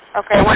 okay